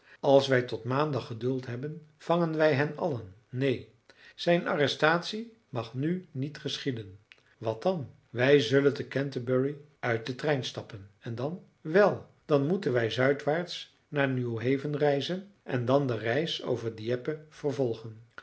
als wij tot maandag geduld hebben vangen wij hen allen neen zijn arrestatie mag nu niet geschieden wat dan wij zullen te canterbury uit den trein stappen en dan wel dan moeten wij zuidwaarts naar newhaven reizen en dan de reis over dieppe vervolgen